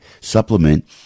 supplement